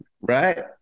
right